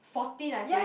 fourteen I think